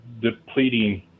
depleting